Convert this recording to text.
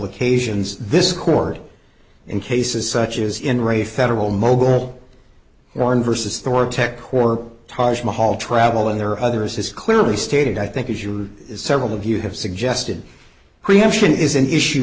occasions this court in cases such as in re federal mogul warren versus thor tech or taj mahal travel and there are others this clearly stated i think as you several of you have suggested preemption is an issue